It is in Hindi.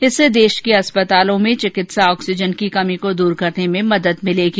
इससे देश के अस्पतालों में चिकित्सा ऑक्सीजन की कमी दूर करने में मदद मिलेगी